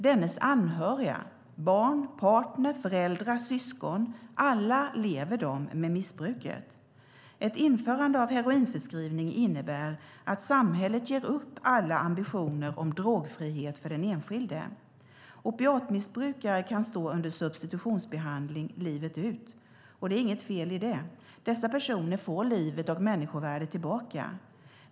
Dennes anhöriga - barn, partner, föräldrar och syskon - lever alla med missbruket. Ett införande av heroinförskrivning innebär att samhället ger upp alla ambitioner om drogfrihet för den enskilde. Opiatmissbrukare kan stå under substitutionsbehandling livet ut. Och det är inget fel i det - dessa personer får livet och människovärdet tillbaka.